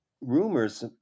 rumors